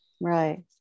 right